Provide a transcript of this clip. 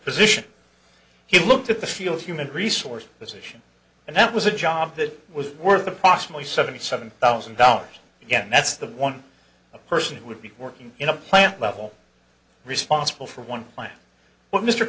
position he looked at the field human resource position and that was a job that was worth approximately seventy seven thousand dollars again that's the one person who would be working in a plant level responsible for one